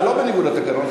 זה לא בניגוד לתקנון,